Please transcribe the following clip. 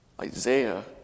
Isaiah